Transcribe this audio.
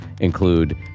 include